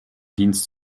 dienst